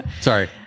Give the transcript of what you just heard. Sorry